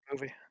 movie